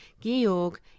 Georg